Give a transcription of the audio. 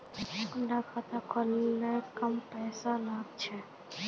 कुंडा खाता खोल ले कम पैसा काट छे?